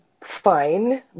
fine